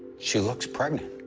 she looks pregnant.